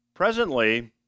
Presently